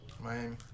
Miami